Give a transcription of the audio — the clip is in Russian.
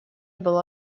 был